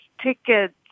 tickets